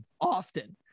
often